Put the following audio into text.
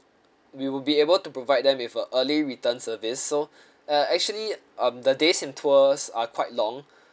we will be able to provide them with a early return service so uh actually um the days in tours are quite long